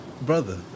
Brother